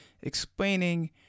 explaining